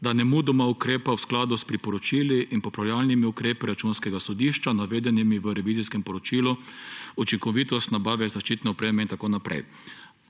da nemudoma ukrepa v skladu s priporočili in popravljalnimi ukrepi Računskega sodišča, navedenimi v revizijskem poročilu Učinkovitost nabave zaščitne opreme,« in tako naprej.